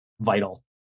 vital